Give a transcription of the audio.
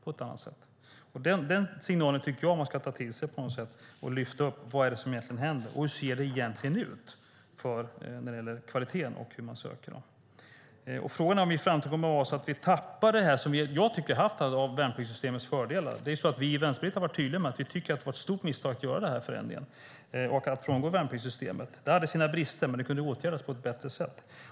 Jag tycker att man ska ta till sig den signalen och lyfta upp frågan: Vad är det som händer, och hur ser det egentligen ut när det gäller kvaliteten och hur man söker? Vi i Vänsterpartiet har varit tydliga med att vi tycker att det var ett stort misstag att göra den här förändringen att frångå värnpliktssystemet. Det hade sina brister, men de kunde åtgärdas på ett bättre sätt.